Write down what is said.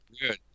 Good